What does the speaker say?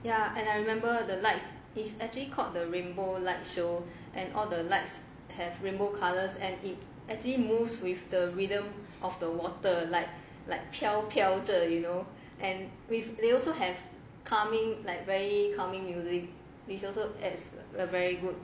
ya and I remember the lights is actually called the rainbow lights show and all the lights have rainbow colours and it actually moves with the rhythm of the water like like 飘飘着的 you know and with they also have calming like very calming music which also as a very good